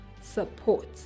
support